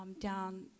down